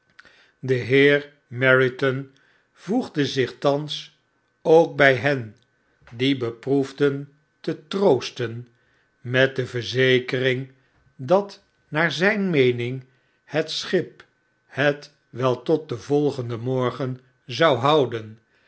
de heer meriton voegde zich than ook bij hen die beproefden te troosten ipet de verzekering dat naar zgn meening het schip het wel tot den volgenden morgen zou houden